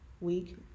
week